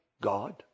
God